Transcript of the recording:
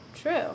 True